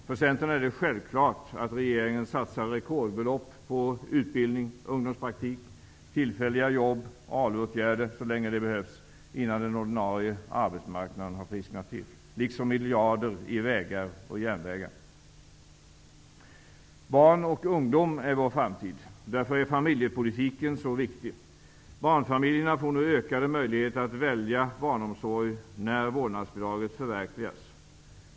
För Centern är det självklart att regeringen satsar rekordbelopp på utbildning, ungdomspraktik, tillfälliga jobb och ALU-åtgärder så länge det behövs innan den ordinarie arbetsmarknaden har frisknat till, liksom miljarder i vägar och järnvägar. Barn och ungdom är vår framtid. Därför är familjepolitiken så viktig. Barnfamiljerna får nu ökade möjligheter att välja barnomsorg när vårdnadsbidraget förverkligas.